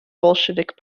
bolshevik